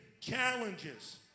challenges